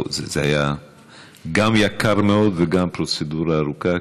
זה היה גם יקר מאוד וגם פרוצדורה ארוכה,